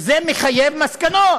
זה מחייב מסקנות